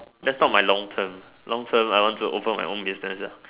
that's not my long term long term I want to open my business ah